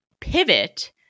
pivot